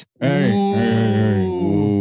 Hey